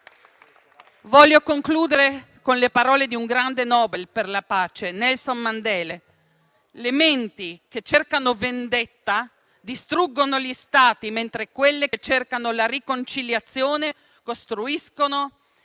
Voglio concludere con le parole di un grande premio Nobel per la pace, Nelson Mandela: «Le menti che cercano vendetta distruggono gli Stati, mentre quelle che cercano la riconciliazione costruiscono